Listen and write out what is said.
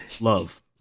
love